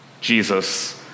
Jesus